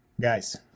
Guys